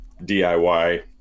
DIY